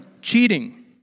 Cheating